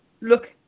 look